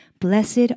blessed